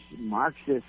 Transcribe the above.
Marxist